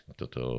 toto